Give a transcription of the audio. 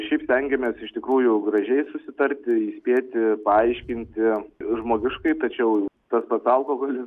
šiaip stengiamės iš tikrųjų gražiai susitarti įspėti paaiškinti žmogiškai tačiau tas pats alkoholis